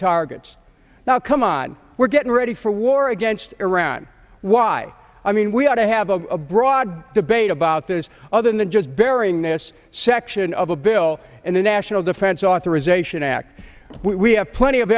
targets now come on we're getting ready for war against iran why i mean we ought to have a broad debate about this other than just burying this section of a bill and the national defense authorization act we have plenty of